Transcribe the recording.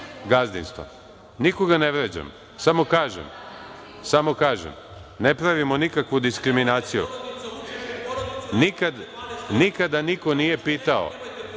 gazdinstva, nikoga ne vređam, samo kažem. Ne pravimo nikakvu diskriminaciju, nikada niko nije pitao,